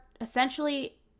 essentially